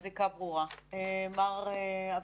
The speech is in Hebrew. כל הכבוד על העבודה, זה היה תהליך ארוך.